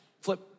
flip